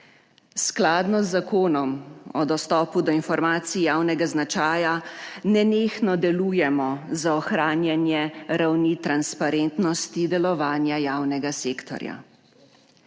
Skladno z Zakonom o dostopu do informacij javnega značaja nenehno delujemo za ohranjanje ravni transparentnosti delovanja javnega sektorja.